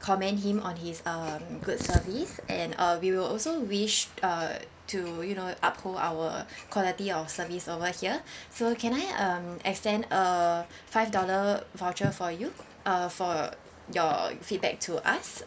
commend him on his uh good service and uh we will also wish uh to you know uphold our quality of service over here so can I um extend a five dollar voucher for you uh for your feedback to us